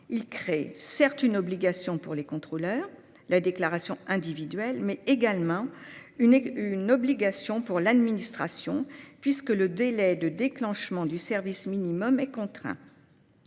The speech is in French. Il crée certes une obligation pour les contrôleurs, la déclaration individuelle, mais il en crée également une pour l'administration, puisque le délai de déclenchement du service minimum est contraint.